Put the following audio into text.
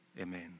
Amen